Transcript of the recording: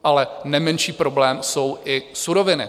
Ale nemenší problém jsou i suroviny.